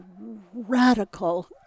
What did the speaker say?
radical